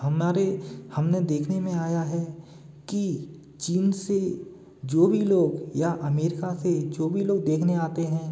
हमारे हमने देखने में आया है कि चीन से जो भी लोग या अमेरिका से जो भी लोग देखने आते हैं